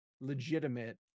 legitimate